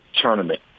tournament